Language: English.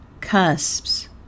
Cusps